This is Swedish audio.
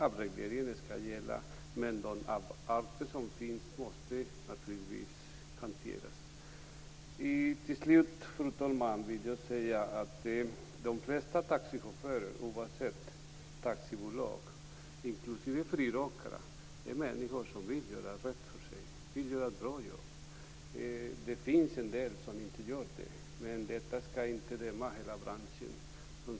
Avregleringen skall gälla, men de avarter som finns måste naturligtvis hanteras. Till slut, fru talman, vill jag säga att de flesta taxichaufförer oavsett taxibolag, inklusive friåkarna, är människor som vill göra rätt för sig. De vill göra ett bra jobb. Det finns en del som inte gör det, men man skall inte döma hela branschen efter dem.